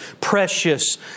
precious